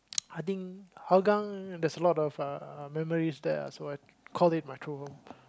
I think Hougang there's a lot of uh memories there so I call it my true home